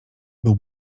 był